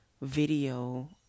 video